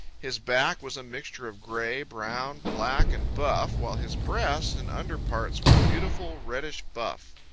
his back was a mixture of gray, brown, black and buff, while his breast and under parts were a beautiful reddish-buff.